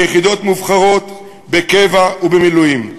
ביחידות נבחרות, בקבע ובמילואים,